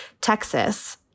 Texas